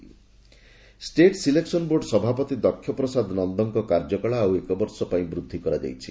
କାର୍ଯ୍ୟକାଳ ବୃଦ୍ଧି state selection board ସଭାପତି ଦକ୍ଷ ପ୍ରସାଦ ନନ୍ଦଙ୍କ କାର୍ଯ୍ୟକାଳ ଆଉ ଏକବର୍ଷ ପାଇଁ ବୃଦ୍ଧି କରାଯାଇଛି